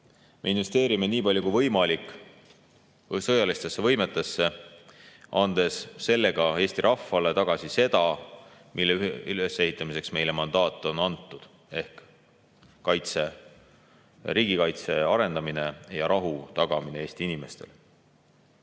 Me investeerime nii palju kui võimalik sõjalistesse võimetesse, andes sellega Eesti rahvale tagasi selle, mille ülesehitamiseks meile mandaat on antud, ehk riigikaitse arendamine ja rahu tagamine Eesti inimestele.